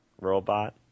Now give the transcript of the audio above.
robot